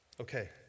Okay